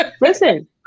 Listen